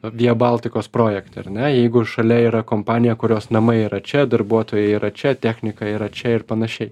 via baltikos projekte ar ne jeigu šalia yra kompanija kurios namai yra čia darbuotojai yra čia technika yra čia ir panašiai